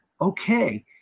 okay